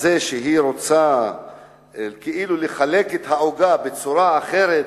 שרוצה כאילו לחלק את העוגה בצורה אחרת,